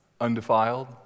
undefiled